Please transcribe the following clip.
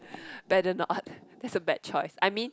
better not that's a bad choice I mean